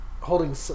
holding